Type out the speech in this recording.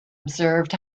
observed